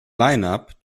lineup